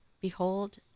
Behold